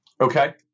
Okay